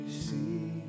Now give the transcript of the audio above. see